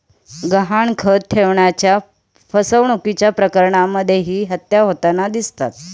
गहाणखत ठेवण्याच्या फसवणुकीच्या प्रकरणांमध्येही हत्या होताना दिसतात